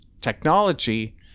technology